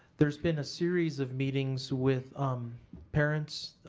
there's been a series of meetings with um parents,